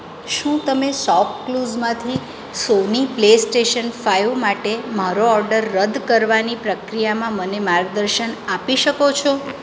શું તમે શોપક્લૂઝમાંથી સોની પ્લેસ્ટેશન ફાઇવ માટે મારો ઓર્ડર રદ કરવાની પ્રક્રિયામાં મને માર્ગદર્શન આપી શકો છો